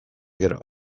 gero